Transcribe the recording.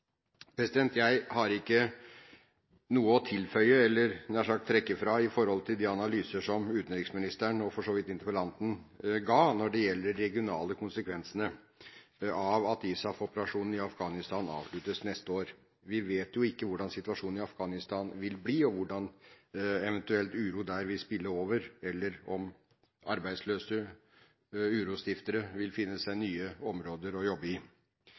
Jeg har ikke noe å tilføye eller, jeg hadde nær sagt, trekke fra de analyser som utenriksministeren, og for så vidt interpellanten, ga når det gjelder de regionale konsekvensene av at ISAF-operasjonen i Afghanistan avsluttes neste år. Vi vet ikke hvordan situasjonen i Afghanistan vil bli, og hvordan eventuell uro der vil spille over, eller om arbeidsløse urostiftere vil finne seg nye områder å jobbe i.